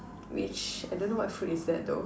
which I don't know what fruit is that though